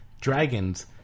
dragons